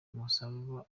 umusaruro